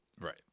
Right